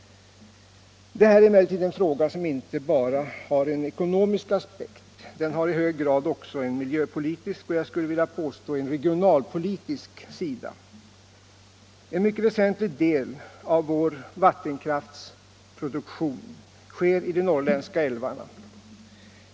Det här är emellertid en fråga som inte bara har en ekonomisk aspekt. Den har också i hög grad en miljöpolitisk och jag skulle vilja påstå dessutom en regionalpolitisk sida. En mycket väsentlig del av vår vattenkraftsproduktion sker i de norrländska älvarna.